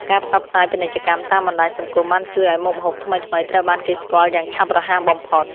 ការផ្សព្វផ្សាយពាណិជ្ជកម្មតាមបណ្តាញសង្គមបានជួយឱ្យមុខម្ហូបថ្មីៗត្រូវបានគេស្គាល់យ៉ាងឆាប់រហ័សបំផុត។